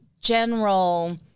general